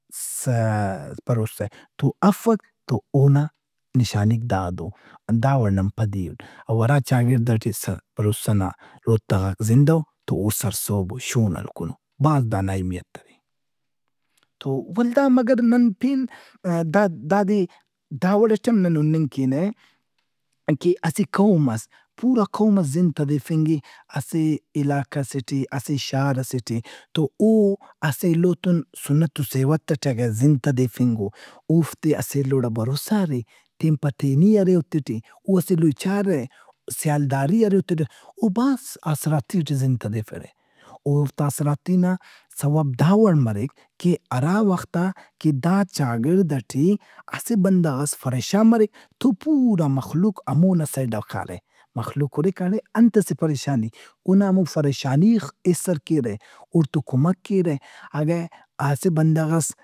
سہ- بھروسہ افک تو اونا نشانیک داد او۔ ہنداوڑ نن پدی اُن۔ او ہرا چاگڑد ئٹے سہ- بھروسہ نا روتغاک زندہ او تو او سرسہبو، شون ہلوکون او۔ بھاز دانا اہمیت ارے۔ تو ولدام اگہ نن پین داد- دادے داوڑ اٹ ہم نن ہُننگ کینہ کہ اسہ قومس، پورا قومس زند تدیفنگ اے اسہ علاقہ سے ٹے، اسہ شار ئسے ٹے تو او اسہ ایلو تو سنت و سیوت اٹ اگہ زند تدیفنگ او، اوفتے اسہ ایلوڑا بھروسہ ارے، تین پتینی ارے اوتے ٹے، او اسہ ایلو ئے چارہ، سیالداری ارے اوتے ٹے۔ او بھاز آسراتی ٹے زند تدیفرہ۔ اوفتا آسراتی نا سوب داوڑمریک کہ ہرا وخت آ کہ دا چاگڑد ئٹے اسہ بندغس فریشان مریک تو پورا مخلوق ہمونا سیڈ آ کارہ۔ مخلوق ہُرک اڑے انت ئسے فریشان اے۔ اونا ہمو فریشانی ئے خّ- ایسر کیرہ۔ اوڑتو کمک کیرہ۔ اگہ اسہ بندغس۔